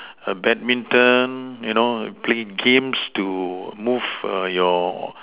err badminton you know playing games to move err your